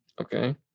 Okay